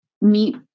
meet